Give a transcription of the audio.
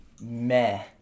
meh